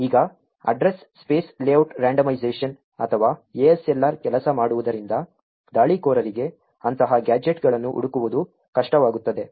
ಈಗ address space layout randomisation ಅಥವಾ ASLR ಕೆಲಸ ಮಾಡುವುದರಿಂದ ದಾಳಿಕೋರರಿಗೆ ಅಂತಹ ಗ್ಯಾಜೆಟ್ಗಳನ್ನು ಹುಡುಕುವುದು ಕಷ್ಟವಾಗುತ್ತದೆ